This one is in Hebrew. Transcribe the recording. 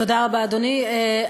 תודה רבה, אדוני.